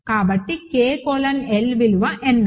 కాబట్టి K colon L విలువ n